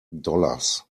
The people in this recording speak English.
dollars